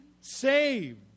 saved